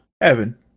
Evan